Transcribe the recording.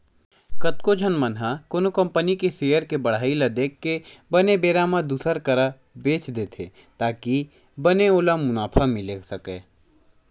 कतको झन मन ह कोनो कंपनी के सेयर के बड़हई ल देख के बने बेरा म दुसर करा बेंच देथे ताकि बने ओला मुनाफा मिले सकय